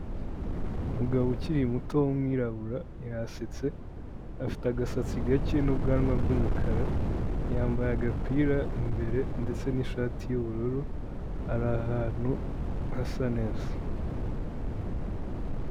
Umugabo ukiri muto w'umwirabura yasetse, afite agasatsi gake n'ubwanwa bw'umukara, yambaye agapira imbere ndetse n'ishati y'ubururu, ari ahantu hasa neza.